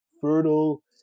fertile